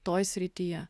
toj srityje